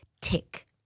tick